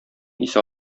исе